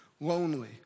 lonely